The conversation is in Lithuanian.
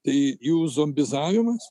tai jų zombizavimas